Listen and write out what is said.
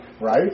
Right